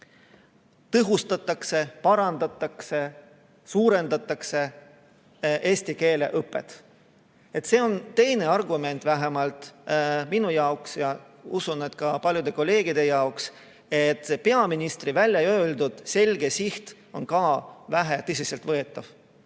tõhustatakse, parandatakse ja rohkendatakse eesti keele õpet. See on teine argument – vähemalt minu arvates ja usun, et ka paljude kolleegide arvates –, et peaministri väljaöeldud selge siht pole kuigi tõsiselt võetav.